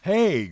Hey